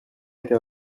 été